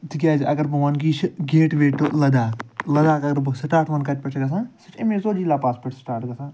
تِکیٛازِ اَگر بہٕ وَنہٕ کہِ یہِ چھِ gateway to Ladakh Ladakh اَگر بہٕ سِٹارٹ وَنہٕ کَتہِ پٮ۪ٹھ چھُ گژھان سُہ چھُ أمیٚے زوجیٖلا پاس پٮ۪ٹھ سِٹارٹ گژھان